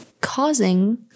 causing –